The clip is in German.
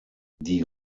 die